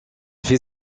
fait